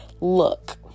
Look